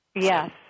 Yes